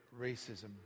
racism